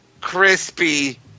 crispy